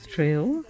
Trail